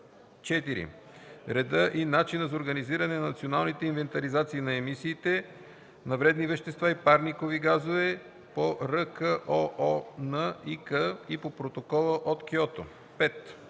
4. реда и начина за организиране на националните инвентаризации на емисиите на вредни вещества и парникови газове по РКООНИК и по Протокола от Киото; 5.